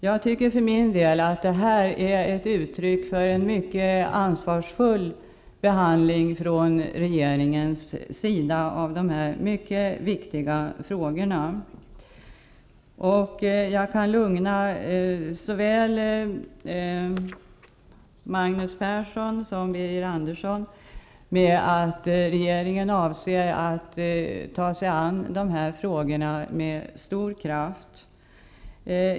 Jag tycker för min del att detta är ett uttryck för en mycket ansvarsfull behandling från regeringens sida av dessa mycket viktiga frågor. Jag kan lugna såväl Magnus Persson som Birger Andersson med att regeringen avser att ta sig an dessa frågor med stor kraft.